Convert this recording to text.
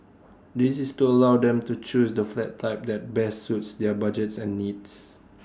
this is to allow them to choose the flat type that best suits their budgets and needs